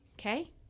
Okay